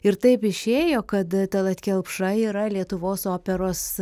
ir taip išėjo kad talat kelpša yra lietuvos operos